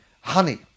Honey